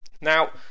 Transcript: Now